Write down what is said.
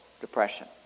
depression